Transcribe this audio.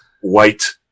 white